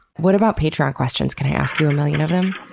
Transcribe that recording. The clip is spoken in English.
what about patreon questions? can i ask you a million of them?